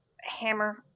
Hammer